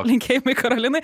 linkėjimai karolinai